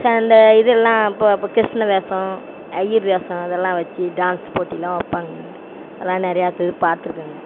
so அந்த இதெல்லாம் அப்போ அப்போ கிருஷ்ணர் வேஷம் ஐயரு வேஷம் இதெல்லாம் வச்சு டான்ஸ் போட்டில்லாம் வைப்பாங்கங்க அதெல்லாம் நிறைய தடவை பாத்திருக்கேங்க